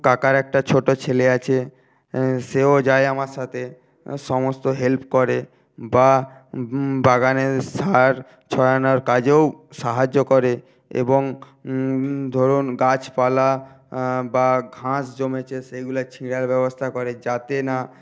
কাকার একটা ছোটো ছেলে আছে সেও যায় আমার সাথে সমস্ত হেল্প করে বা বাগানে সার ছড়ানোর কাজেও সাহায্য করে এবং ধরুন গাছপালা বা ঘাস জমেছে সেইগুলা ছিঁড়ার ব্যবস্থা করে যাতে না